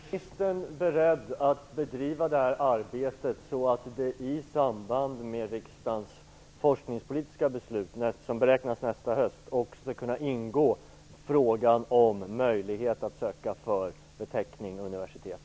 Fru talman! Är utbildningsministern beredd att bedriva det här arbetet så att i riksdagens forskningspolitiska beslut, som beräknas fattas nästa höst, också skall kunna ingå frågan om möjlighet att söka beteckningen universitet?